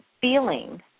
feeling